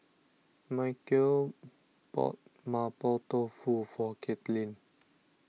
Micheal bought Mapo Tofu for Katelynn